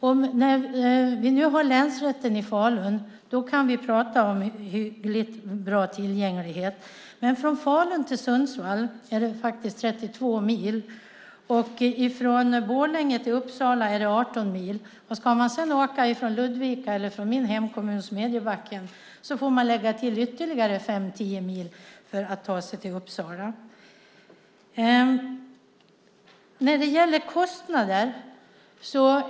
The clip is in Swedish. När vi nu har länsrätten i Falun kan vi prata om hyggligt bra tillgänglighet. Men från Falun till Sundsvall är det 32 mil. Från Borlänge till Uppsala är det 18 mil. Ska man åka från Ludvika, eller från min hemkommun Smedjebacken, får man lägga till ytterligare fem-tio mil för att ta sig till Uppsala.